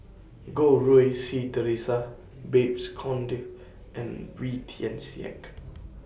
Goh Rui Si Theresa Babes Conde and Wee Tian Siak